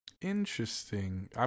Interesting